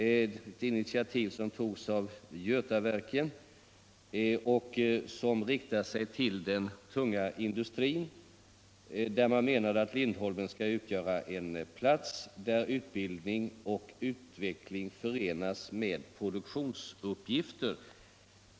Det är ett initiativ som togs av Götaverken och som riktar sig till den tunga industrin, och man menade att Lindholmen skulle utgöra en plats där utbildning och utveckling förenas med produktionsuppgifter.